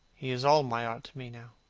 he is all my art to me now,